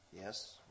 Yes